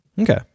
Okay